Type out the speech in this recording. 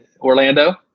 Orlando